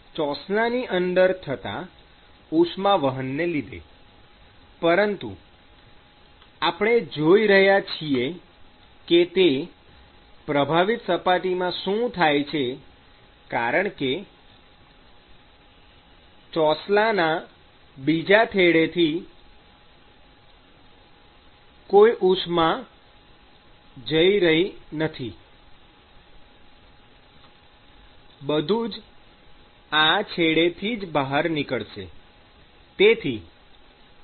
ચોસલાની અંદર થતાં ઉષ્માવહનને લીધે પરંતુ આપણે જોઈ રહ્યા છીએ કે તે પ્રભાવિત સપાટીમાં શું થાય છે કારણ કે ચોસલાના બીજા છેડેથી કોઈ ઉષ્મા જઈ નથી રહી બધુ જ આ છેડેથી જ બહાર નીકળશે